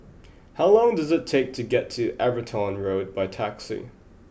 how long does it take to get to Everton Road by taxi